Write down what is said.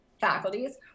faculties